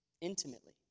Intimately